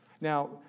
Now